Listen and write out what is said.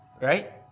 Right